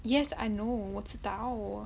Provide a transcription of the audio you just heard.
yes I know 我知道